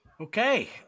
Okay